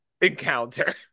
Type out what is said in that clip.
encounter